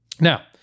Now